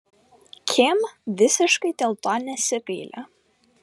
kim visiškai dėl to nesigaili